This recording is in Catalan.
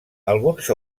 alguns